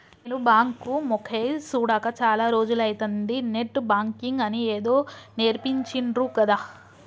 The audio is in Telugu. నేను బాంకు మొకేయ్ సూడక చాల రోజులైతంది, నెట్ బాంకింగ్ అని ఏదో నేర్పించిండ్రు గదా